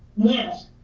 yes.